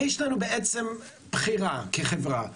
יש בעצם בחירה כחברה.